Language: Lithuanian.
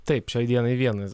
taip šiai dienai vienas